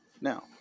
Now